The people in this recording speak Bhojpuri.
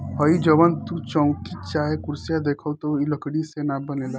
हइ जवन तू चउकी चाहे कुर्सी देखताड़ऽ इ लकड़ीये से न बनेला